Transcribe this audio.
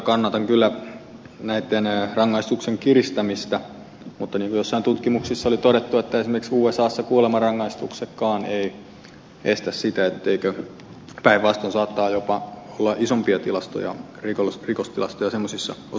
kannatan kyllä näitten rangaistusten kiristämistä mutta niin kuin joissain tutkimuksissa oli todettu esimerkiksi usassa kuolemanrangaistuksetkaan eivät estä niitä päinvastoin saattaa olla jopa isompia rikostilastoja semmoisissa osavaltioissa